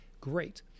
great